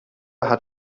hat